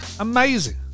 Amazing